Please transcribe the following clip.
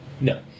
No